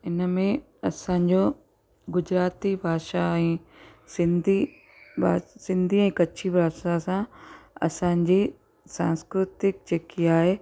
इनमें असांजो गुजराती भाषा ऐं सिंधी भा सिंधी ऐं कच्छी भाषा सां असांजी सांस्कृतिक जेकी आहे